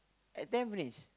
at Tampines